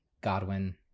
Godwin